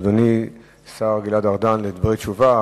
אדוני השר גלעד ארדן, דברי תשובה.